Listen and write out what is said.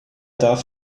darf